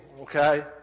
okay